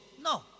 No